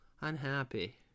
unhappy